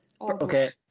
Okay